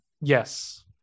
Yes